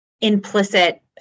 implicit